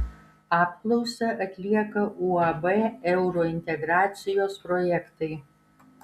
apklausą atlieka uab eurointegracijos projektai